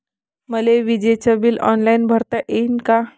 मले विजेच bill online भरता येईन का?